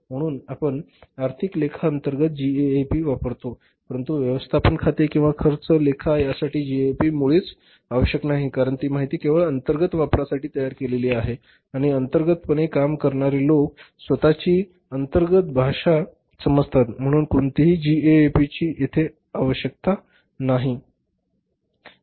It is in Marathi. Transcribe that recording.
म्हणून आपण आर्थिक लेखा अंतर्गत जीएएपी वापरतो परंतु व्यवस्थापन खाते किंवा खर्च लेखा यासाठी जीएएपी मुळीच आवश्यक नाही कारण ती माहिती केवळ अंतर्गत वापरासाठी तयार केली गेली आहे आणि अंतर्गतपणे काम करणारे लोक स्वतःची अंतर्गत भाषा समजतात म्हणून कोणत्याही जीएएपी ची येथे आवश्यक नाही